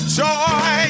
joy